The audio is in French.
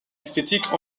esthétiques